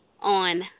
on